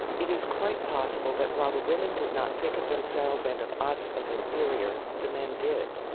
it is quite possible that while the women did not think of themselves and of us as inferior, the men did,